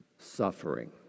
suffering